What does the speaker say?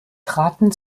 traten